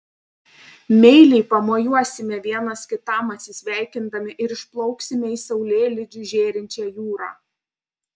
meiliai pamojuosime vienas kitam atsisveikindami ir išplauksime į saulėlydžiu žėrinčią jūrą